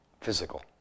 physical